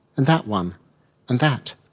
and that one, and that,